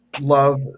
love